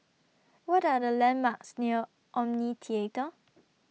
What Are The landmarks near Omni Theatre